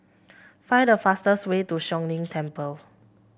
find the fastest way to Siong Lim Temple